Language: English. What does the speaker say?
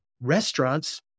restaurants